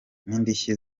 n’indishyi